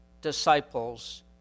disciples